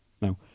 Now